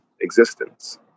existence